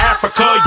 Africa